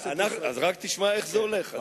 תשמע איך זה הולך.